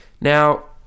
Now